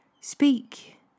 Speak